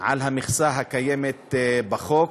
על המכסה הקיימת בחוק,